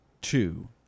two